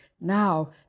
now